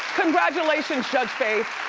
congratulations, judge faith.